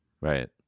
Right